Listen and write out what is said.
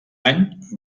any